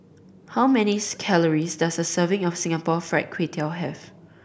how many calories does a serving of Singapore Fried Kway Tiao have